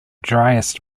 driest